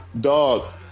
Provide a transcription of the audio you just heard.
Dog